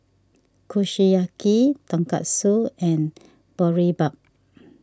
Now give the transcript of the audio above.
Kushiyaki Tonkatsu and Boribap